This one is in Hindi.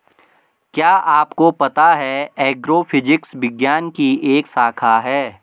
क्या आपको पता है एग्रोफिजिक्स विज्ञान की एक शाखा है?